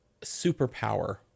superpower